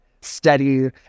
steady